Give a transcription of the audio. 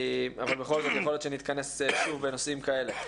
אבל בכל זאת יכול להיות שנתכנס שוב בנושאים כאלה.